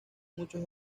muchos